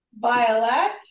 Violet